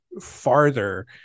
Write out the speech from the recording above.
farther